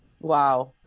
Wow